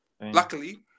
luckily